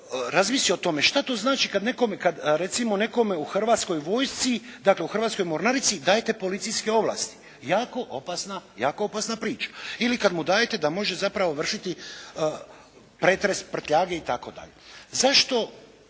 razmisli o tome šta to znači kad nekome, kad recimo nekome u Hrvatskoj vojsci, dakle u Hrvatskoj mornarici dajete policijske ovlasti. Jako opasna priča. Ili kad mu dajete da može zapravo vršiti pretres prtljage itd. Zašto